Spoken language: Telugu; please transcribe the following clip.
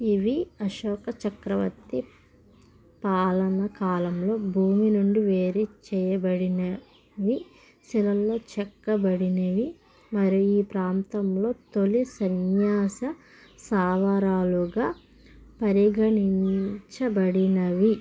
ఇవి అశోక చక్రవర్తి పాలన కాలంలో భూమి నుండి వేరు చేయబడినవి శిలలో చెక్కబడినవి మరియు ఈ ప్రాంతంలో తొలి సన్యాస స్థావరాలుగా పరిగణించబడినవి